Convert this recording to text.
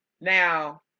Now